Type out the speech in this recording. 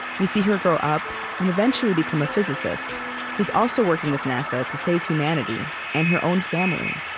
we see her grow up and eventually become a physicist who is also working with nasa to save humanity and her own family